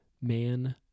man